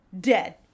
Dead